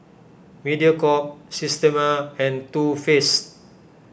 Mediacorp Systema and Too Faced